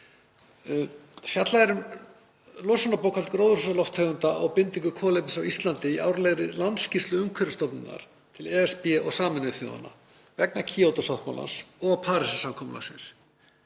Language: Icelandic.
Fjallað er um losunarbókhald gróðurhúsalofttegunda og bindingu kolefnis á Íslandi í árlegri landsskýrslu Umhverfisstofnunar til ESB og Sameinuðu þjóðanna vegna Kyoto-sáttmálans og Parísarsamkomulagsins.